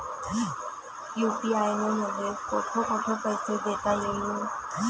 UPI न मले कोठ कोठ पैसे देता येईन?